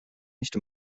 nicht